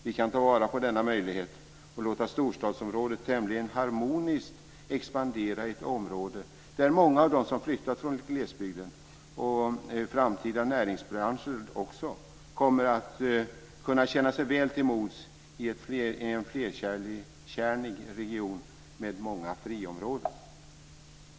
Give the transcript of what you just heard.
Vi kan ta vara på denna möjlighet och låta storstadsområdet tämligen harmoniskt expandera - ett område där många av dem som flyttat från glesbygden och också framtida näringsbranscher kommer att kunna känna sig väl till mods i en flerkärnig region med många friområden.